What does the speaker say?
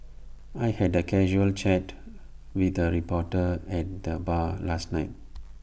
I had A casual chat with A reporter at the bar last night